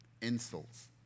insults